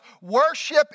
worship